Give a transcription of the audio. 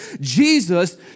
Jesus